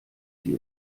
sie